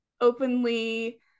openly